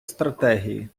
стратегії